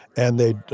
and they'd